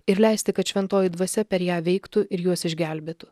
ir leisti kad šventoji dvasia per ją veiktų ir juos išgelbėtų